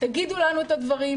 תגידו לנו את הדברים